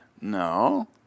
No